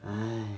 !ai!